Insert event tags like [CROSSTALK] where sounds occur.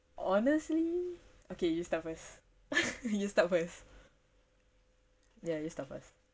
honestly okay you start first [LAUGHS] you start first ya you start first